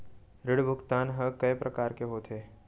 ऋण भुगतान ह कय प्रकार के होथे?